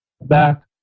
back